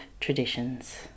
traditions